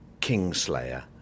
Kingslayer